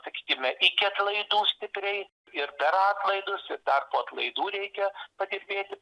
sakykime iki atlaidų stipriai ir per atlaidus ir dar po atlaidų reikia padirbėti